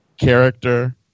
character